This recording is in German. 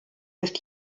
ist